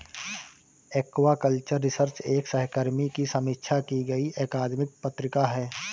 aquaculture research एक सहकर्मी की समीक्षा की गई अकादमिक पत्रिका है